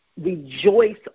rejoice